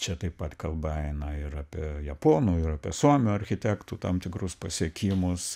čia taip pat kalba eina ir apie japonų ir apie suomių architektų tam tikrus pasiekimus